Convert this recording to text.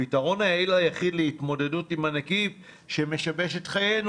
הפתרון היחיד להתמודדות עם הנגיף שמשבש את חיינו,